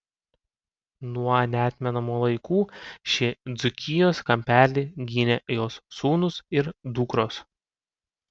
nuo neatmenamų laikų šį dzūkijos kampelį gynė jos sūnūs ir dukros